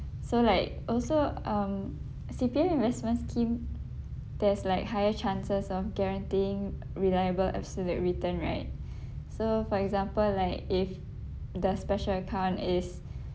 so like also um C_P_F investment scheme there's like higher chances of guaranteeing reliable absolute return right so for example like if the special account is